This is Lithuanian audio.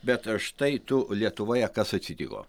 bet štai tu lietuvoje kas atsitiko